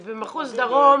ובמחוז דרום,